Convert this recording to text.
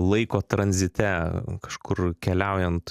laiko tranzite kažkur keliaujant